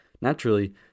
Naturally